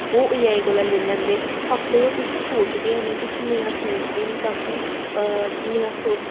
ओह् ए आई कोला लेई लैंदे आपूं ओह् कुछ सोचदे निं कुछ नेआ सोचदे निं तां कि नेहा